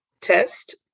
test